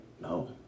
No